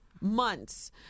months